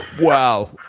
Wow